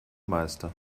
meister